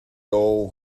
all